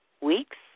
weeks